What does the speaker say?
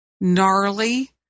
gnarly